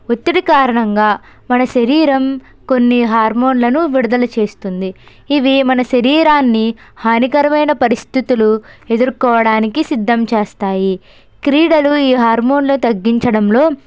ఒత్తిడి కారణంగా మన శరీరం కొన్ని హార్మోన్లను విడుదల చేస్తుంది ఇవి మన శరీరాన్ని హానికరమైన పరిస్థితులు ఎదుర్కోవడానికి సిద్ధం చేస్తాయి క్రీడలు ఈ హార్మోన్లు తగ్గించడంలో